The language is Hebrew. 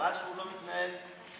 חבל שהוא לא מתנהל עכשיו,